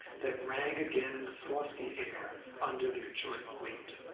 that rang again in the frosty air under their joint weight.